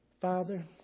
Father